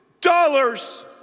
dollars